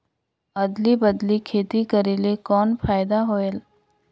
अदली बदली खेती करेले कौन फायदा होयल?